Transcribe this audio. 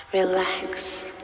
Relax